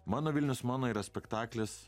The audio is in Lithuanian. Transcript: mano vilnius mano yra spektaklis